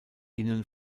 innen